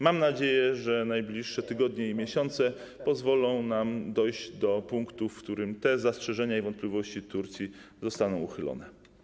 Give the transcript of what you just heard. Mam nadzieję, że najbliższe tygodnie i miesiące pozwolą nam dojść do punktu, w którym te zastrzeżenia i wątpliwości Turcji zostaną rozwiane.